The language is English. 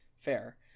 Fair